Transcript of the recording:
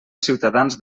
ciutadans